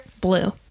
blue